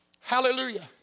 hallelujah